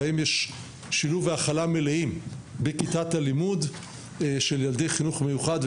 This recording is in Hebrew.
יש שילוב והכלה מלאים בכיתת הלימוד של ילדי חינוך מיוחד,